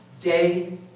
day